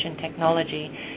technology